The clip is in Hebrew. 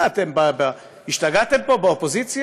מה, אתם השתגעתם פה, באופוזיציה?